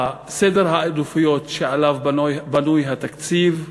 סדר העדיפויות שעליו בנוי התקציב,